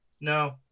No